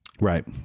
Right